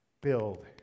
Build